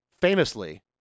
famously